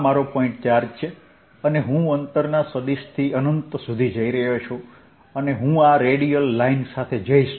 આ મારો point charge છે અને હું અંતરના સદિશથી અનંત સુધી જઈ રહ્યો છું અને હું આ રેડિયલ લાઇન સાથે જઈશ